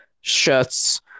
shirts